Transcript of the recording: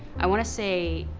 i wanna say,